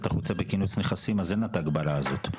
החוצה בכינוס נכסים אז אין לה את ההגבלה הזאת.